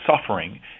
suffering